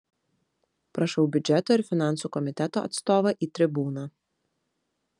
prašau biudžeto ir finansų komiteto atstovą į tribūną